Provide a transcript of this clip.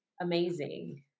amazing